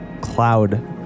cloud